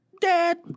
Dad